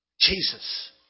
Jesus